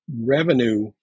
revenue